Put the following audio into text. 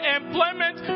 employment